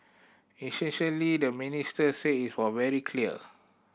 essentially the minister said it was very clear